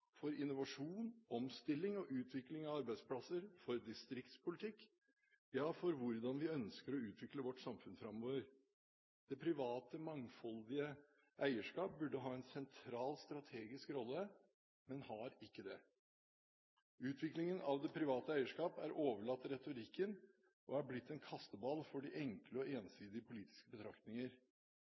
innovasjon, omstilling og utvikling av arbeidsplasser, distriktspolitikk – ja, for hvordan vi ønsker å utvikle vårt samfunn framover. Det private mangfoldige eierskap burde ha en sentral strategisk rolle, men har ikke det. Utviklingen av det private eierskap er overlatt til retorikken og er blitt en kasteball for de enkle og ensidige politiske betraktninger.